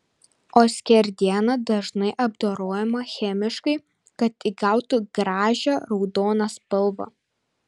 o skerdiena dažnai apdorojama chemiškai kad įgautų gražią raudoną spalvą